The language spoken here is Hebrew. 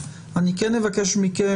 אני כן אבקש מכם,